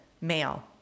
Male